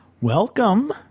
Welcome